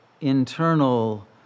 internal